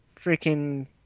freaking